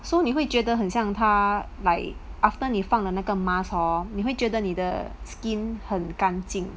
so 你会觉得很像他 like after 你放了那个 mask hor 你会觉得你的 skin 很干净